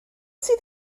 sydd